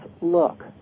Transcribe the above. look